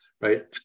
right